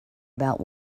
about